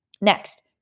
Next